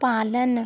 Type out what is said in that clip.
पालन